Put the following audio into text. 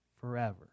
forever